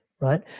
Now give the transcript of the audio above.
right